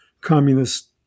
communist